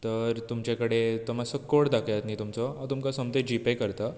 तर तुमचे कडेन तो मातसो कोड दाखयात न्हा तुमचो हांव तुमकां सोमतें जीपे करता